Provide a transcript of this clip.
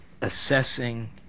assessing